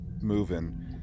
moving